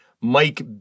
Mike